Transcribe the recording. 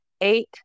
eight